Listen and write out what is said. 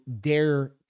Dare